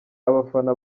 abafana